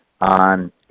on